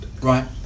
Right